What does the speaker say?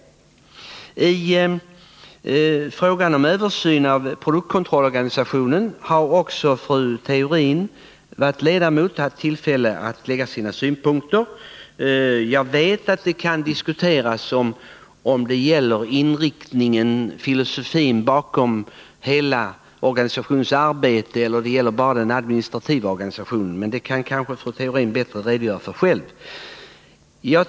5 När det gäller översynen av produktkontrollorganisationen vill jag erinra om att fru Theorin har varit ledamot av kommittén och har haft tillfälle att lägga fram sina synpunkter. Jag vet att det kan diskuteras om åsikterna inriktas på filosofin bakom hela kontrollarbetet eller bara på den administrativa organisationen, men det kanske fru Theorin kan redogöra bättre för själv.